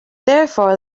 therefore